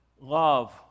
love